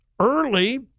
early